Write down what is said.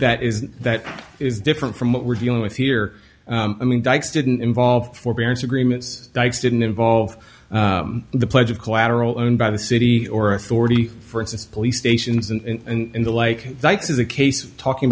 that is that is different from what we're dealing with here i mean dikes didn't involve forbearance agreements dykes didn't involve the pledge of collateral and by the city or authority for instance police stations and the like knights is a case of talking